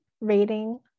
rating